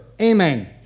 Amen